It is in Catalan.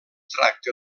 tracta